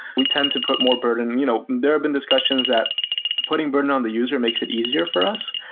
we tend to put more burden and you know there've been discussions that putting burden on the user makes it easier for us,